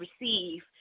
receive